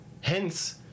Hence